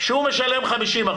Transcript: שהוא משלם 50%,